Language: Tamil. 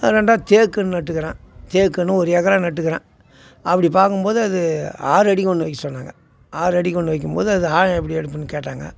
ரெண்டாவது தேக்கு கன்று நட்டுருக்கறேன் தேக்கு கன்று ஒரு ஏக்கர் நட்டுருக்கறேன் அப்படி பார்க்கும்போது அது ஆறடிக்கு ஒன்று வைக்க சொன்னாங்க ஆறடிக்கு ஒன்று வைக்கும்போது அது ஆழம் எப்படி எடுப்பேன்னு கேட்டாங்க